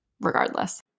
regardless